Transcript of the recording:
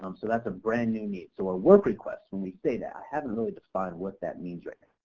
um so that's a brand new need, so a work request when we say that, i haven't really defined what that means right.